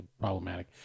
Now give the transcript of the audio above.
problematic